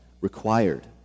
required